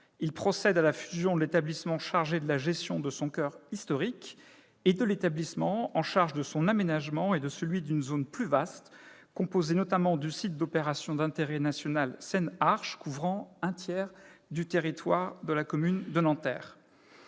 et procède à la fusion de l'établissement chargé de la gestion de son coeur historique et de l'établissement chargé de son aménagement et de celui d'une zone plus vaste, composée notamment du site d'opérations d'intérêt national Seine-Arche, couvrant un tiers du territoire de la commune de Nanterre.